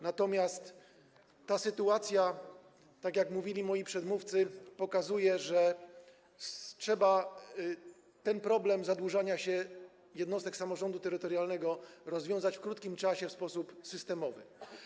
Natomiast ta sytuacja pokazuje - o czym mówili już przedmówcy - że trzeba ten problem zadłużania się jednostek samorządu terytorialnego rozwiązać w krótkim czasie w sposób systemowy.